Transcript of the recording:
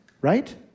right